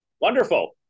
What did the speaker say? Wonderful